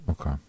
okay